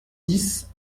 dix